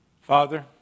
Father